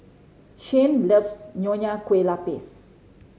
Shyann loves Nonya Kueh Lapis